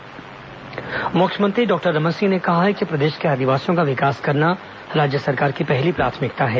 विश्व आदिवासी दिवस मुख्यमंत्री डॉक्टर रमन सिंह ने कहा है कि प्रदेश के आदिवासियों का विकास करना राज्य सरकार की पहली प्राथमिकता है